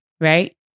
Right